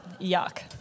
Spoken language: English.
Yuck